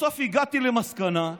בסוף הגעתי למסקנה: